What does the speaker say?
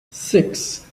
six